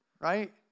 right